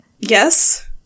Yes